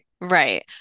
right